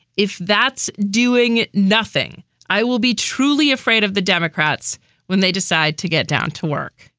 if that's doing nothing i will be truly afraid of the democrats when they decide to get down to work